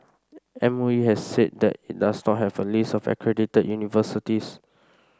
M O E has said that it does not have a list of accredited universities